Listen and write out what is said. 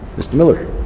mr. miller.